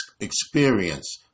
experience